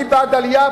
אני בעד עלייה,